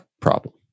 problem